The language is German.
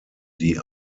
die